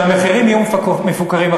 שהמחירים יהיו מפוקחים.